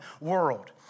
world